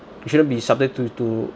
you shouldn't be subject to to